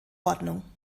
ordnung